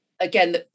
again